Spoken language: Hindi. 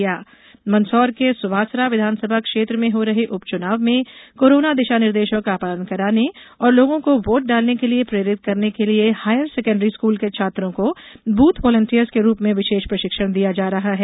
उप चुनाव में यूथ चैम्पियन्स मंदसौर के सुवासरा विधानसभा क्षेत्र में हो रहे उपचुनाव में कोरोना दिशा निर्देशों का पालन कराने और लोगों को वोट डालने के लिए प्रेरित करने के लिए हायर सेकेंडरी स्कूल के छात्रों को बूथ वालियंटर्स के रूप में विशेष प्रशिक्षण दिया जा रहा है